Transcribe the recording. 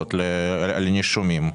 אפשרויות לנישומים.